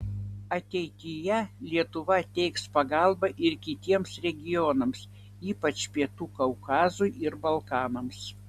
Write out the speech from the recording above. ateityje lietuva teiks pagalbą ir kitiems regionams ypač pietų kaukazui ir balkanams